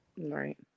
Right